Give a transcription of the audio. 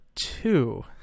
two